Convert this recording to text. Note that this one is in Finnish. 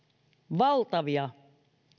valtavia